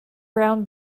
brown